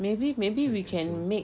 maybe maybe we can make